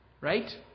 right